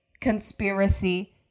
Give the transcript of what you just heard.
Conspiracy